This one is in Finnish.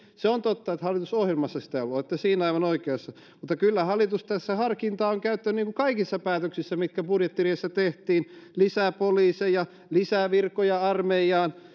se on totta että hallitusohjelmassa sitä ei ollut olette siinä aivan oikeassa mutta kyllä hallitus tässä harkintaa on käyttänyt niin kuin kaikissa päätöksissä mitkä budjettiriihessä tehtiin lisää poliiseja lisää virkoja armeijaan